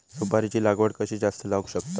सुपारीची लागवड कशी जास्त जावक शकता?